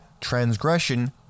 transgression